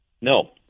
No